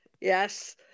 Yes